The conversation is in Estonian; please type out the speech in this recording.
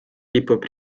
kipub